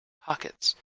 pockets